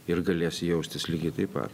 ir galės jaustis lygiai taip pat